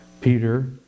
Peter